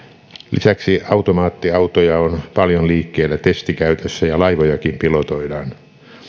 lisäksi automaattiautoja on paljon liikkeellä testikäytössä ja laivojakin pilotoidaan